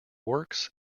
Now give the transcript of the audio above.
works